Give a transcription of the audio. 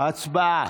הצבעה.